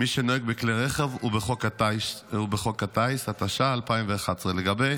מי שנוהג בכלי רכב ובחוק הטיס, התשע"א 2011, לגבי